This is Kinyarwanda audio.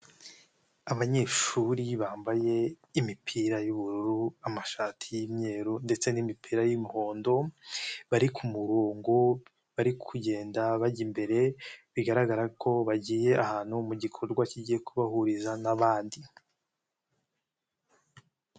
Abanyeshuri bambaye imipira y'ubururu, amashati y'imweru ndetse n'imipira y'imihondo, bari ku murongo, bari kugenda bajya imbere bigaragara ko bagiye ahantu mu gikorwa kigiye kubahuriza n'abandi.